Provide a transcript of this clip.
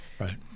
Right